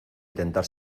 intentar